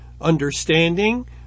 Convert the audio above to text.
understanding